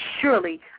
surely